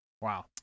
Wow